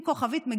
עם כוכבית,